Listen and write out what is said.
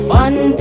one